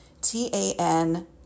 T-A-N